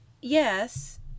yes